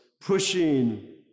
pushing